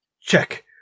Check